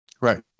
Right